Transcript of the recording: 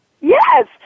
Yes